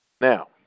Now